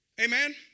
Amen